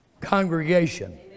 congregation